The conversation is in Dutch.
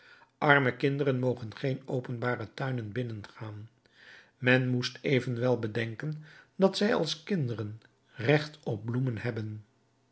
arme kinderen mogen geen openbare tuinen binnengaan men moest evenwel bedenken dat zij als kinderen recht op bloemen hebben